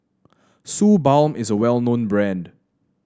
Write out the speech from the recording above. Suu Balm is a well known brand